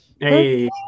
Hey